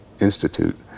institute